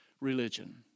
religion